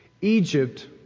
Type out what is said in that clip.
Egypt